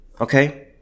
Okay